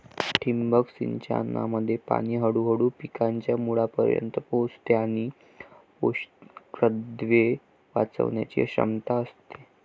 ठिबक सिंचनामध्ये पाणी हळूहळू पिकांच्या मुळांपर्यंत पोहोचते आणि पोषकद्रव्ये वाचवण्याची क्षमता असते